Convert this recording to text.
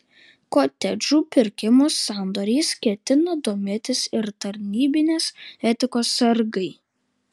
kotedžų pirkimo sandoriais ketina domėtis ir tarnybinės etikos sargai